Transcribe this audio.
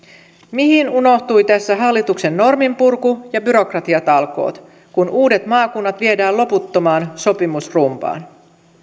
mihin unohtuivat tässä hallituksen norminpurku ja byrokratiatalkoot kun uudet maakunnat viedään loputtomaan sopimusrumbaan